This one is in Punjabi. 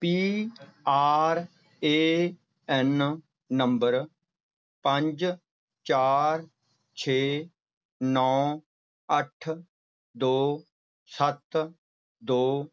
P R A N number ਪੰਜ ਚਾਰ ਛੇ ਨੌ ਅੱਠ ਦੋ ਸੱਤ ਦੋ